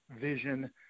vision